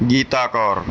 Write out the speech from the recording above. Gita Kaur